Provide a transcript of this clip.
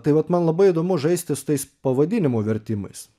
tai vat man labai įdomu žaisti su tais pavadinimų vertimais